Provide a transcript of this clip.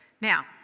Now